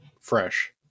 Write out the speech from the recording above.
fresh